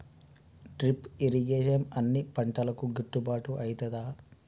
Drip irrigation అన్ని పంటలకు గిట్టుబాటు ఐతదా?